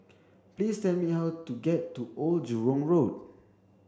please tell me how to get to Old Jurong Road